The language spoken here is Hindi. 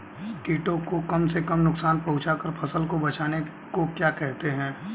कीटों को कम से कम नुकसान पहुंचा कर फसल को बचाने को क्या कहते हैं?